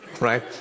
right